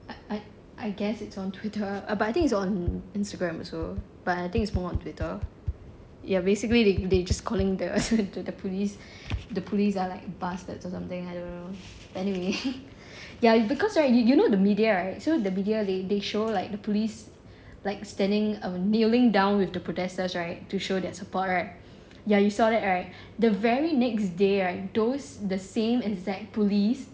I I I guess it's on twitter err but I think it's on instagram also but I think it's more on twitter ya basically they they just calling the police the police are like bastards or something I don't know but anyway ya because right you know the media right so the media they show the police like standing like kneeling down with the protesters right to show their support right ya you saw that right the very next day right those the same exact police